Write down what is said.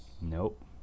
nope